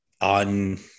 on